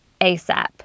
ASAP